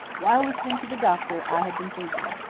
while listening to the doctor i had been thinking.